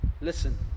listen